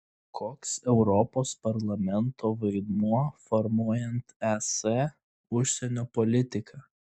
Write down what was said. koks europos parlamento vaidmuo formuojant es užsienio politiką